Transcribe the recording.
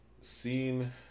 seen